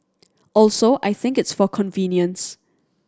also I think it's for convenience